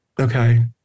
Okay